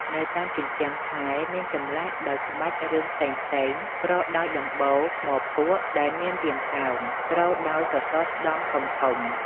នៅតាមជញ្ជាំងថែរ មានធ្លាក់ដោយក្បាច់រឿងផ្សេងៗ ប្រក់ដោយដំបូលថ្មភក់ដែលមានរាងកោង ទ្រដោយសសរស្តម្ភធំៗ។